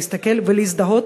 להסתכל ולהזדהות